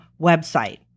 website